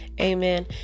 amen